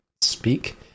speak